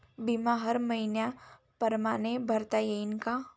बिमा हर मइन्या परमाने भरता येऊन का?